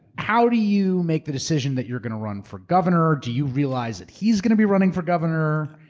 how do you make the decision that you're going to run for governor? do you realize that he's going to be running for governor?